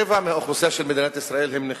רבע מהאוכלוסייה של מדינת ישראל הם נכים.